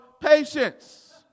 patience